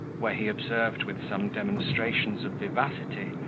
where he observed, with some demonstrations of vivacity,